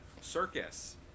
circus